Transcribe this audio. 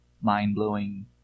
mind-blowing